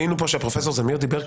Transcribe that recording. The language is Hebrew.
היינו כאן כשפרופסור זמיר דיבר.